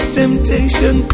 temptation